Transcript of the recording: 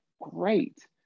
great